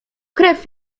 krew